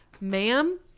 ma'am